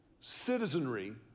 citizenry